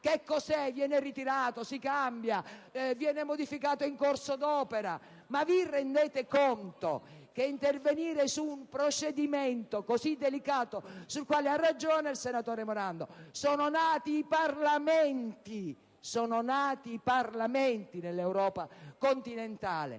il disegno di legge di stabilità o si modifica in corso d'opera? Ma vi rendete conto che intervenire su un procedimento così delicato, sul quale - ha ragione il senatore Morando - sono nati i Parlamenti nell'Europa continentale,